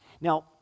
Now